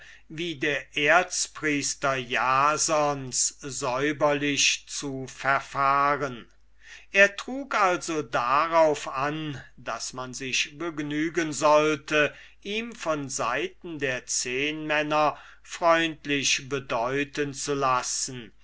wie der erzpriester jasons säuberlich zu verfahren er trug also darauf an daß man sich begnügen sollte ihm von seiten der zehnmänner freundlich bedeuten zu lassen